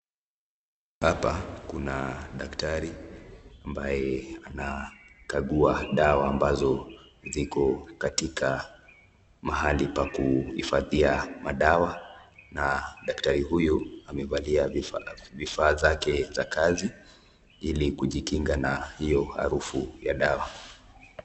Hapa kuna daktari ambaye anakagua dawa ambazo ziko katika mahali pa kuhifadhia madawa na daktari huyo amevalia vifaa zake za kazi ili kujikinga na hiyo harufu ya dawa.